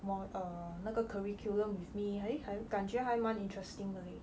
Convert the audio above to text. more err 那个 curriculum with me eh 还感觉还蛮 interesting 的 leh